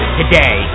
today